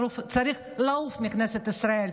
צריך לעוף מכנסת ישראל,